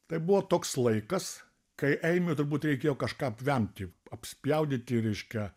tai buvo toks laikas kai eimiui turbūt reikėjo kažką apvemti apspjaudyti reiškia